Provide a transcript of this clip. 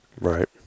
right